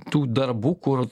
tų darbų kur